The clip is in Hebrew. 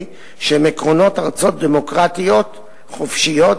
שהם עקרונות ארצות דמוקרטיות חופשיות